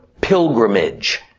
pilgrimage